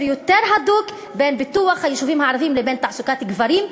יותר הדוק מאשר בין פיתוח היישובים הערביים לבין תעסוקת גברים,